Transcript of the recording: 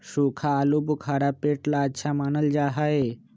सूखा आलूबुखारा पेट ला अच्छा मानल जा हई